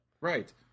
Right